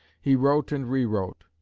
he wrote and rewrote.